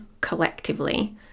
collectively